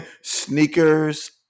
Sneakers